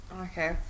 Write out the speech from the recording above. Okay